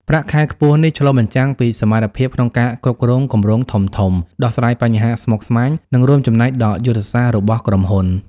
ប្រាក់ខែខ្ពស់នេះឆ្លុះបញ្ចាំងពីសមត្ថភាពក្នុងការគ្រប់គ្រងគម្រោងធំៗ ដោះស្រាយបញ្ហាស្មុគស្មាញ និងរួមចំណែកដល់យុទ្ធសាស្ត្ររបស់ក្រុមហ៊ុន។